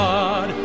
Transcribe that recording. God